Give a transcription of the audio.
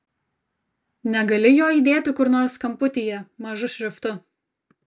negali jo įdėti kur nors kamputyje mažu šriftu